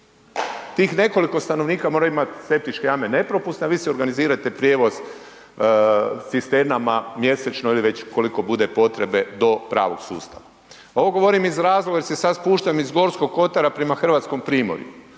Tih nekoliko stanovnika mora imati septičke jame nepropusne a vi si organizirajte prijevoz sa cisternama mjesečno ili već koliko bude potrebe do pravog sustava. Ovo govorim iz razloga jer se sada spuštam iz Gorskog kotara prema Hrvatskom primorju,